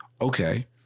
Okay